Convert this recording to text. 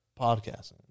podcasting